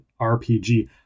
RPG